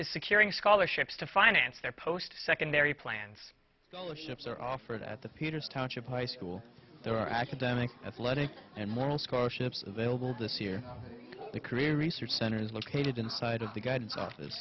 is securing scholarships to finance their post secondary plans are offered at the peters township high school there are academic athletic and moral scholarships available this year the career research center is located inside of the guidance office